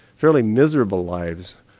fairly miserable lives.